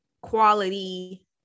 quality